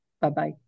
bye-bye